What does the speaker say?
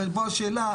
ופה השאלה,